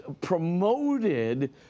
promoted